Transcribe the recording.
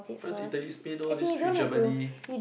France Italy Spain all these three Germany